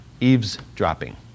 eavesdropping